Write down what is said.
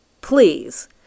please